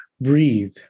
breathe